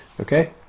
Okay